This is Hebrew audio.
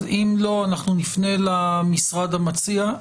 אם לא, אנחנו נפנה למשרד המציע.